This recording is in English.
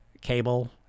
cable